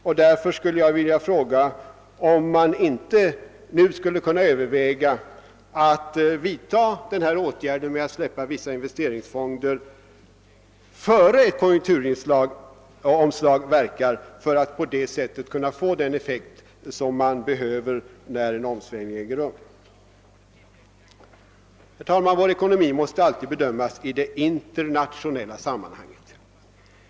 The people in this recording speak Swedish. Jag vill därför fråga, om regeringen inte nu skulle kunna överväga att frisläppa vissa investeringsfonder innan ett konjukturomslag äger rum, för att på detta sätt uppnå den effekt som är önskvärd sedan en omsvängning skett. Herr talman! Vår ekonomi måste allttid bedömas i det internationella sammanhanget.